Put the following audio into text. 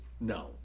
No